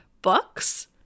books